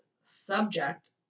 subject